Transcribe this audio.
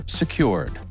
secured